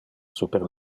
super